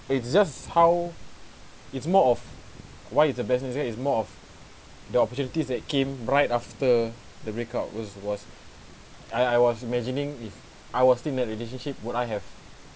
it's just how it's more of why is a blessing it's more of the opportunities that came right after the breakup was was I I was imagining if I was still in that relationship would I have